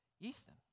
Ethan